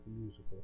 musical